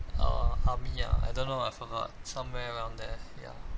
uh army ah I don't know I forgot somewhere around there ya